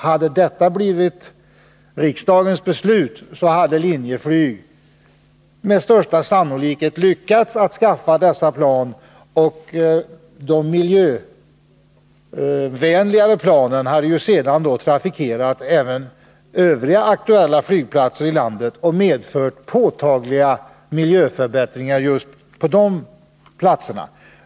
Hade detta blivit riksdagens beslut, skulle Linjeflyg med största sannolikhet ha lyckats skaffa dessa plan. Och de miljövänligare planen skulle sedan ha trafikerat även övriga aktuella flygplatser i landet och medfört påtagliga miljöförbättringar på dessa platser.